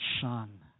Son